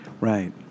Right